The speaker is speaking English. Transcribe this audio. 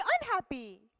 unhappy